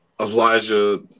Elijah